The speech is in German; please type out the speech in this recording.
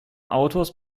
autors